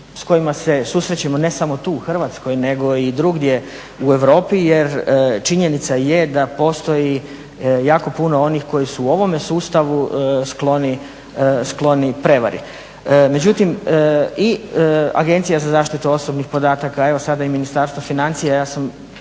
s kojima se susrećemo ne samo tu u Hrvatskoj nego i drugdje u Europi jer činjenica je da postoji jako puno onih koji su u ovome sustavu skloni prevari. Međutim i Agencija za zaštitu osobnih podataka, evo sada i Ministarstvo financija plus